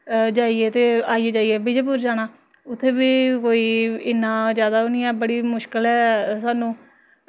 जा आई जाइयै विजयपुर जाना उ'त्थें बी कोई इ'न्ना जादा निं ऐ बड़ी मुश्कल ऐ सानूं